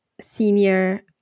senior